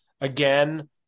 Again